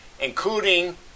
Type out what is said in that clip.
including